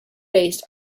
based